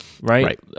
right